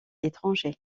étrangers